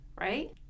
right